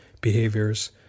behaviors